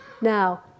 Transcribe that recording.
now